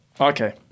Okay